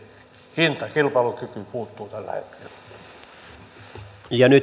hintakilpailukyky puuttuu tällä hetkellä